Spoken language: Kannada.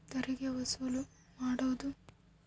ತೆರಿಗೆ ವಸೂಲು ಮಾಡೋದು